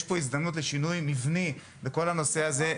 יש פה הזדמנות לשינוי מבני בכל הנושא הזה,